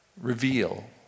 Reveal